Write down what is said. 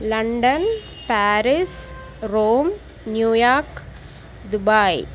London Paris Rome New York Dubai